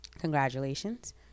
Congratulations